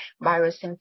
virus